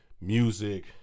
music